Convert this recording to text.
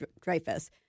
Dreyfus